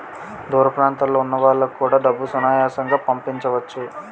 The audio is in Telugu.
దూర ప్రాంతంలో ఉన్న వాళ్లకు కూడా డబ్బులు సునాయాసంగా పంపించవచ్చు